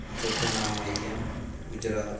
चौथा नाम आई गेआ गुजरात